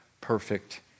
perfect